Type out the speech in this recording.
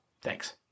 Thanks